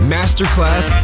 Masterclass